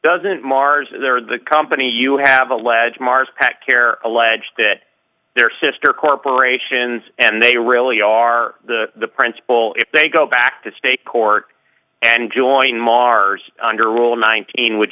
doesn't mars there the company you have alleged mars care alleged that their sister corporations and they really are the principle if they go back to state court and join mars under rule nineteen would